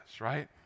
right